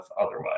otherwise